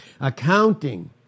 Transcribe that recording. accounting